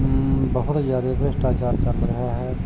ਬਹੁਤ ਜ਼ਿਆਦਾ ਭ੍ਰਿਸ਼ਟਾਚਾਰ ਚੱਲ ਰਿਹਾ ਹੈ